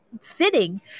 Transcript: fitting